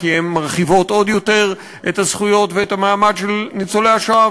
כי הן מרחיבות עוד יותר את הזכויות ואת המעמד של ניצולי השואה,